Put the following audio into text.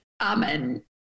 amen